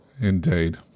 indeed